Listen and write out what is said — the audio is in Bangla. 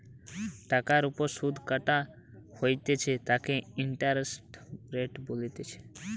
টাকার ওপর সুধ কাটা হইতেছে তাকে ইন্টারেস্ট রেট বলতিছে